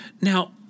Now